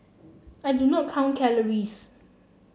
I do not count calories